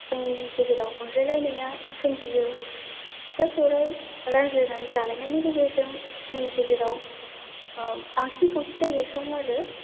जोंनि गेजेराव अनज्लायलायनाया सोमजियो फिथा सौराइ रानज्लायनानै जालायनायनि गेजेरजों जोंनि गेजेराव बांसिन खौसेथिया बेरखाङो आरो